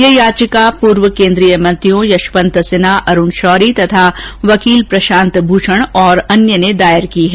यह याचिका पूर्व केन्द्रीय मंत्रियों यशवंत सिन्हा अरूण शौरी तथा वकील प्रशांत भूषण और अन्य ने दायर की है